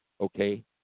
okay